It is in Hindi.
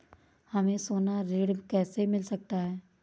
हमें सोना ऋण कैसे मिल सकता है?